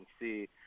see